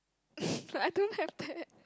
I don't have that